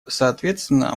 соответственно